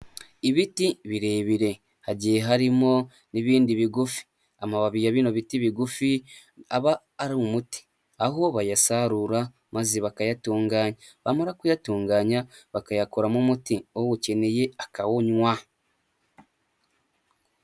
Ibiti birebire hagiye harimo n'ibindi bigufi amababi ya bino biti bigufi aba ari umuti, aho bayasarura maze bakayatunganya bamara kuyatunganya bakayakoramo umuti uwukeneye akawunywa.